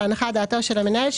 להנחת דעתו של המנהל,